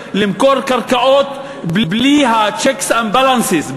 למכור קרקעות בלי ה-checks and balances,